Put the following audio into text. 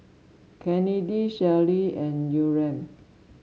Kennedy Shelli and Yurem